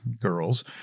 girls